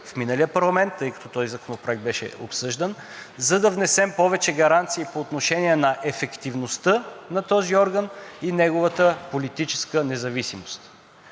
в миналия парламент, тъй като този законопроект беше обсъждан, за да внесем повече гаранции по отношение на ефективността на този орган и неговата политическа независимост.